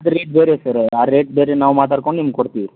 ಅದು ರೇಟ್ ಬೇರೆ ಸರ್ ಆ ರೇಟ್ ಬೇರೆ ನಾವು ಮಾತಾಡ್ಕೊಂಡು ನಿಮಗೆ ಕೊಡ್ತೀವಿ